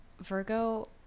Virgo